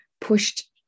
pushed